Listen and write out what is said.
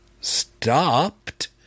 stopped